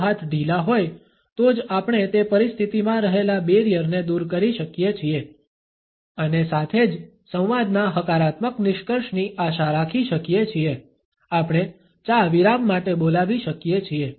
જો હાથ ઢીલા હોય તો જ આપણે તે પરિસ્થિતિમાં રહેલા બેરિયરને દૂર કરી શકીએ છીએ અને સાથે જ સંવાદના હકારાત્મક નિષ્કર્ષની આશા રાખી શકીએ છીએ આપણે ચા વિરામ માટે બોલાવી શકીએ છીએ